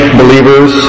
believers